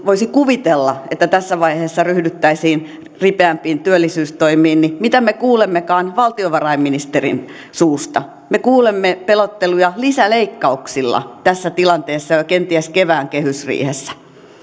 voisi kuvitella että tässä vaiheessa ryhdyttäisiin ripeämpiin työllisyystoimiin niin mitä me kuulemmekaan valtiovarainministerin suusta me kuulemme pelotteluja lisäleikkauksilla tässä tilanteessa kenties jo kevään kehysriihessä